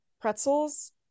pretzels